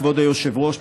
כבוד היושב-ראש,